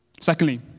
Secondly